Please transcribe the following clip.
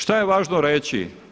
Šta je važno reći?